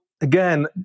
again